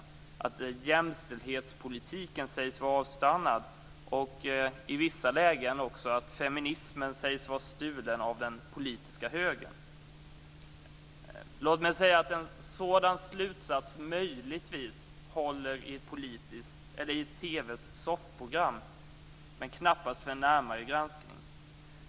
Det sägs att jämställdhetspolitiken har avstannat och att feminismen är stulen av den politiska högern. Låt mig säga att en sådan slutats möjligtvis håller i TV:s soffprogram, men knappast för en närmare granskning.